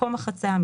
מקום החצייה,